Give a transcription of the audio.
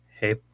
hey